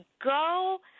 go